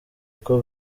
uko